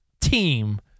team